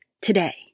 today